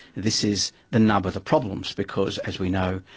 this is the nub of the problems because, as we know,